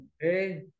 hey